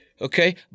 Okay